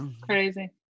Crazy